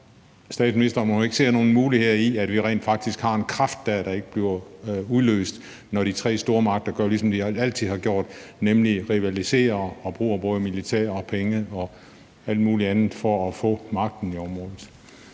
statsministeren, om hun ikke ser nogen muligheder i, at vi rent faktisk har en kraft dér, der ikke bliver udløst, når de tre stormagter gør, ligesom de altid har gjort, nemlig rivaliserer og bruger både militær og penge og alt mulig andet for at få magten i området.